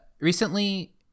recently